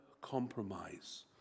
compromise